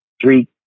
three